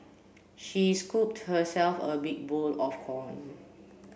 she scooped herself a big bowl of corn